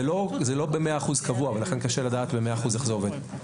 זה לא ב-100% קבוע ולכן קשה לדעת ב-100% איך זה עובד.